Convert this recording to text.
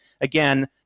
again